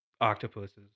octopuses